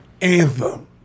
Anthem